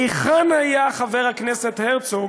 היכן היה חבר הכנסת הרצוג